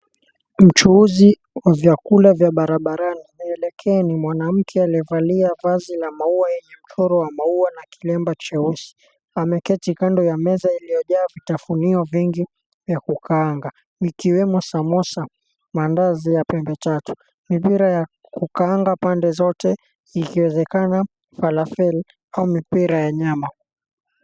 Mchuuzi wa vyakula vya barabarani aliyekaa ni mwanamke aliyevalia vazi la mau yenye mchoro wa mau na kilemba cheusi ameketi kando ya meza iliyojaa vitafunio vingi vya kukaanga ikiwemo samosa, mandazi ya pembe tatu, mpira ya kukaanda pande zote ikiwezekana fala fel au mipira ya nyama.